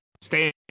Stay